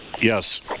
Yes